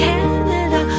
Canada